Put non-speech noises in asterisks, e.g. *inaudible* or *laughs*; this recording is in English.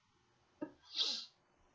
*laughs* *noise*